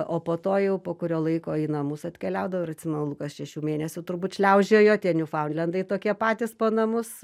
o po to jau po kurio laiko į namus atkeliaudavo ir atsimenu lukas šešių mėnesių turbūt šliaužiojo tie niufaundlendai tokie patys po namus